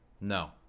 No